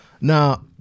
Now